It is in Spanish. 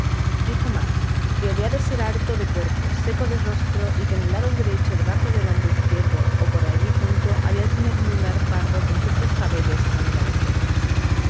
dijo más que había de ser alto de cuerpo seco de rostro y que en el lado derecho debajo del hombro izquierdo o por allí junto había de tener un lunar pardo con ciertos cabellos a manera de cerdas